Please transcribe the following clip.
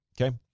okay